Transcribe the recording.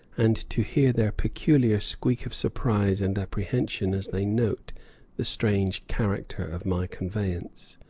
and to hear their peculiar squeak of surprise and apprehension as they note the strange character of my conveyance.